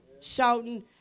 Shouting